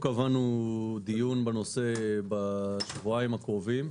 קבענו דיון בנושא בשבועיים הקרובים.